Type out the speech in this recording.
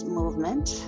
movement